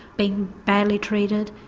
being badly treated,